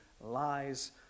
lies